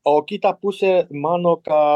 o kita pusė mano kad